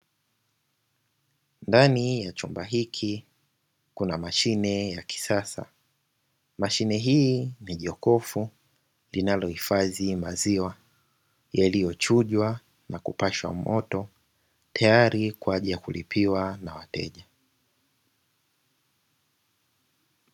Ndani ya chumba hiki kuna mashine ya kisasa, mashine hii ni jokofu linalohifadhi maziwa yaliochujwa na kupashwa moto tayari kwa ajili ya kulipiwa na wateja.